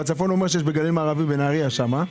בצפון הוא אומר שיש גליל מערבי ונהריה שם.